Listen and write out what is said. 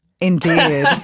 indeed